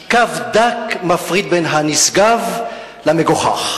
כי קו דק מפריד בין הנשגב למגוחך.